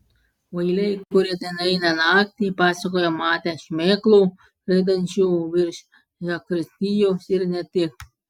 kvailiai kurie ten eina naktį pasakoja matę šmėklų skraidančių virš zakristijos ir ne tik